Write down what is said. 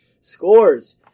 scores